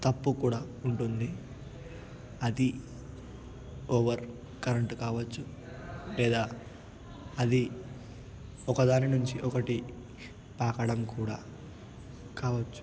తప్పు కూడా ఉంటుంది అది ఓవర్ కరెంట్ కావచ్చు లేదా అది ఒకదాని నుంచి ఒకటి తాకడం కూడా కావచ్చు